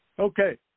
Okay